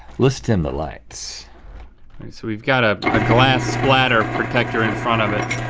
let's dim the lights. so we've got a ah glass splatter protector in front of it.